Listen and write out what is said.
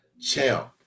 champ